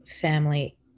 family